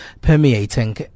permeating